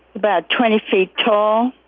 about twenty feet tall.